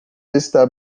está